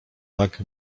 tak